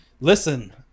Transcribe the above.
Listen